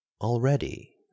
already